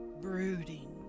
brooding